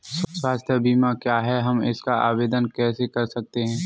स्वास्थ्य बीमा क्या है हम इसका आवेदन कैसे कर सकते हैं?